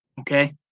okay